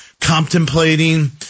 contemplating